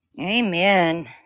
Amen